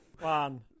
One